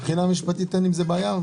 מבחינה משפטית אין עם זה בעיה?